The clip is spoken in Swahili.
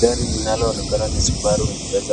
Gari linaloonekana ni Subaru